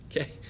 Okay